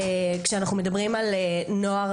כשאנחנו מדברים על נוער,